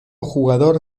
jugador